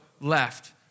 left